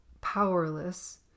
powerless